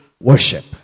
worship